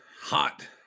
hot